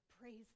Praise